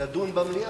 לדון במליאה.